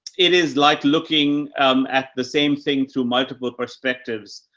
it is like looking um at the same thing through multiple perspectives,